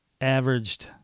averaged